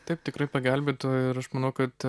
taip tikrai pagelbėtų ir aš manau kad